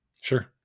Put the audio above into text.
Sure